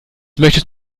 möchtest